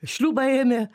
šliūbą ėmė